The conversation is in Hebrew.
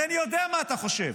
הרי אני יודע מה אתה חושב.